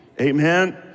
amen